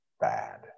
bad